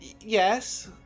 yes